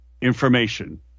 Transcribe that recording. information